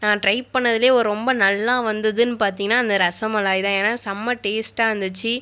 நான் ட்ரை பண்ணதிலேயே ரொம்ப நல்லா வந்ததுன்னு பார்த்திங்கன்னா அந்த ரசமலாய் தான் ஏன்னா செமை டேஸ்ட்டா இருந்துச்சு